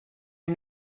are